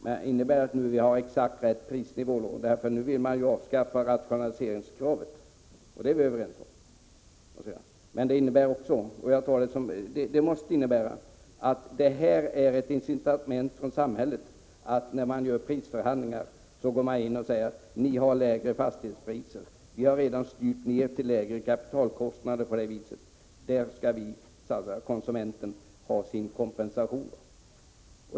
Men innebär det att prisnivån nu är exakt den rätta? Man vill ju avskaffa rationaliseringskravet, vilket vi är överens om. Det måste innebära ett incitament för samhället att vid prisförhandlingar säga att fastighetspriserna är lägre. Kapitalkostnaderna har redan styrts så att de har minskat. Konsumenten skall där ha sin kompensation.